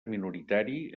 minoritari